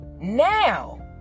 now